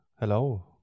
hello